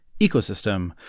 ecosystem